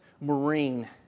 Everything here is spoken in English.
Marine